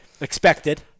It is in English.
expected